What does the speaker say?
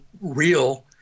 real